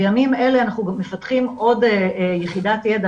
בימים אלה אנחנו גם מפתחים עוד יחידת ידע,